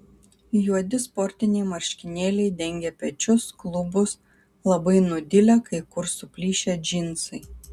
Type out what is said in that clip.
juodi sportiniai marškinėliai dengė pečius klubus labai nudilę kai kur suplyšę džinsai